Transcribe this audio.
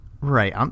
Right